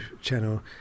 channel